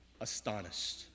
astonished